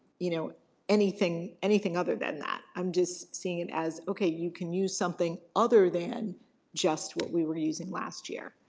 you know anything anything other than that. i'm just seeing it as, okay, you can use something other than just what we were using last year.